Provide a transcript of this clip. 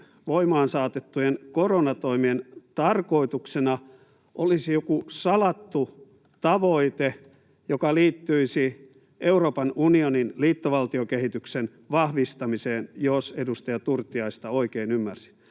voimaan saatettujen koronatoimien tarkoituksena olisi joku salattu tavoite, joka liittyisi Euroopan unionin liittovaltiokehityksen vahvistamiseen, jos edustaja Turtiaista oikein ymmärsin.